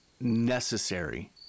necessary